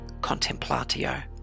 contemplatio